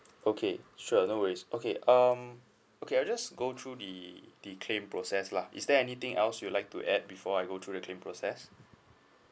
okay sure no worries okay um okay I just go through the the claim process lah is there anything else you like to add before I go through the claim process